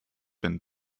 been